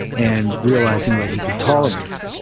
and realising that he could tolerate it.